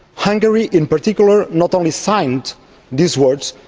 hungary in particular not only signed these words,